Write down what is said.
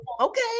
okay